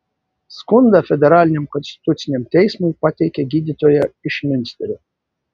skundą federaliniam konstituciniam teismui pateikė gydytoja iš miunsterio